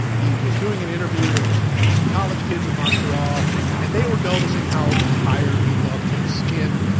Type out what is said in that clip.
he was doing an interview with some college kids in montreal and they were noticing how tired he looked him his skin.